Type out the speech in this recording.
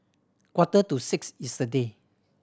quarter to six yesterday